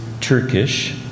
Turkish